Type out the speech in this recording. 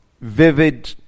vivid